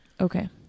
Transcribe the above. okay